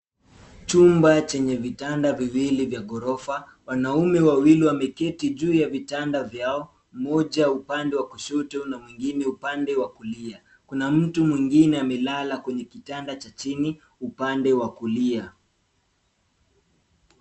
Chumba chenye vitanda viwili vya ghorofa. Wanaume wawili wameketi juu ya vitanda vyao, mmoja upande wa kushoto na mwingine upande wa kulia. Kuna mtu mwingine amelala kwenye kitanda cha chini upande wa kulia.